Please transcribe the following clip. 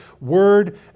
word